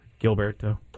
Gilberto